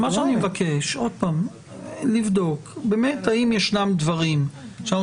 אני מבקש לבדוק האם ישנם דברים שאנחנו